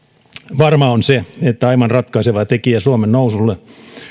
varmaa on se että aivan ratkaiseva tekijä suomen nousulle